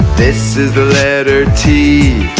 this is the letter t